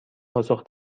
پاسخ